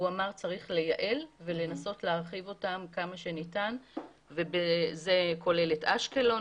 הוא אמר שצריך לייעל ולנסות להרחיב אותן כמה שניתן וזה כולל את אשקלון,